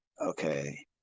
okay